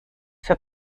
für